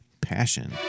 Passion